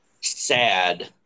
sad